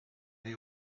they